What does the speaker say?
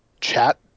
chat